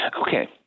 Okay